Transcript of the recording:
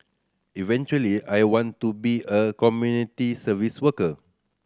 eventually I want to be a community service worker